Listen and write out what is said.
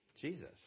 Jesus